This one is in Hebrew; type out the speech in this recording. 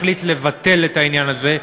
החליט לבטל את העניין הזה,